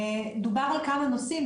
דובר על כמה נושאים,